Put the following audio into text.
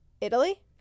Italy